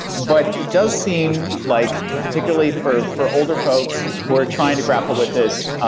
but it does seem like particularly for for older folks who are trying to grapple with this,